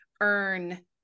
earn